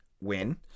win